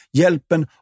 hjälpen